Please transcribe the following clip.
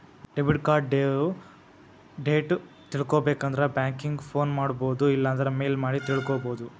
debit card due date ತಿಳ್ಕೊಬೇಕಂದ್ರ banking phone ಮಾಡೊಬೋದು ಇಲ್ಲಾಂದ್ರ ಮೇಲ್ ಮಾಡಿ ತಿಳ್ಕೋಬೋದು